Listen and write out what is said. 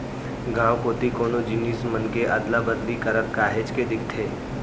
गाँव कोती कोनो जिनिस मन के अदला बदली करत काहेच के दिखथे